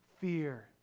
fear